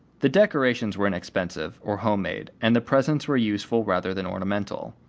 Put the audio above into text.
the decorations were inexpensive, or homemade, and the presents were useful rather than ornamental.